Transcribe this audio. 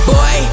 Boy